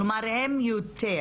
כלומר הן יותר,